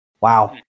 Wow